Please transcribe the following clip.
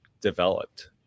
developed